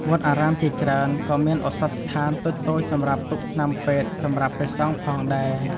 វត្តអារាមជាច្រើន ក៏មានឱសថស្ថានតូចៗសម្រាប់ទុកថ្នាំពេទ្យសម្រាប់ព្រះសង្ឃផងដែរ។